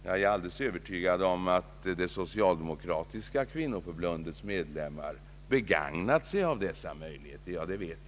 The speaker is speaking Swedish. Jag är alldeles övertygad om — jag vet det förresten — att det socialdemokratiska kvinnoförbundets medlemmar har begagnat sig av dessa möjligheter.